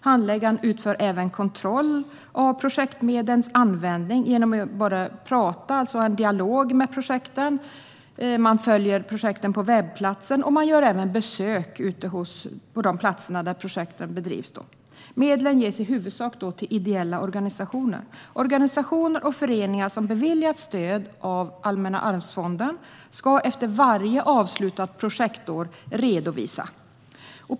Handläggaren utför även kontroll av projektmedlens användning genom att ha en dialog när det gäller projekten. Man följer projekten på webbplatsen. Man gör även besök på de platser där projekten bedrivs. Medlen ges i huvudsak till ideella organisationer. Organisationer och föreningar som beviljats stöd av Allmänna arvsfonden ska efter varje avslutat projektår redovisa projektet.